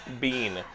bean